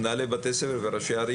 מנהלי בתי ספר וראשי ערים,